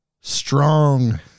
strong